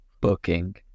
Booking